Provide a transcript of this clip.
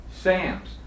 Sam's